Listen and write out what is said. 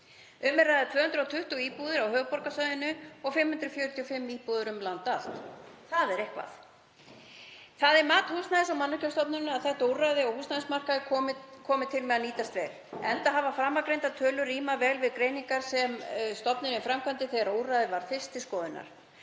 að ræða 220 íbúðir á höfuðborgarsvæðinu og 545 íbúðir um land allt. Það er eitthvað. Það er mat Húsnæðis- og mannvirkjastofnunar að þetta úrræði á húsnæðismarkaði komi til með að nýtast vel enda rími framangreindar tölur vel við greiningar sem stofnunin gerði þegar úrræðið var fyrst til skoðunar.